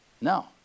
No